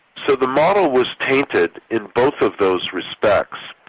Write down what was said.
so the model was tainted in both of those respects.